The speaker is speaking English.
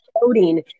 coding